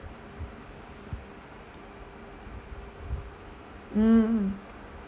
mm